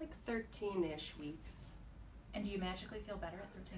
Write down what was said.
like thirteen ish weeks and you magically feel better after?